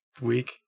week